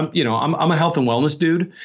but you know i'm i'm a health and wellness dude.